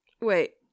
Wait